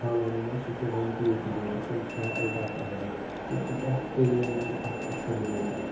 حالٲنی منٛز سُہ چھُ وٕنۍ تہِ ییٚتہِ لیٖڈَر تٔمِس چھِ ناو الطاف احمد سُہ تہِ چھِ بہتریٖن اَکھ اَصٕل لیٖڈَر